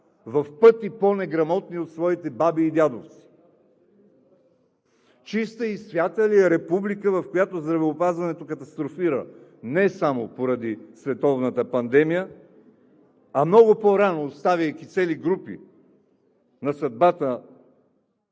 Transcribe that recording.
в пъти по-неграмотни от своите баби и дядовци?! Чиста и свята ли е републиката, в която здравеопазването катастрофира не само поради световната пандемия, а много по-рано, оставяйки цели групи от